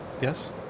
Yes